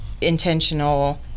intentional